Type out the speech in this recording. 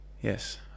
yes